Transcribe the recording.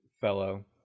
fellow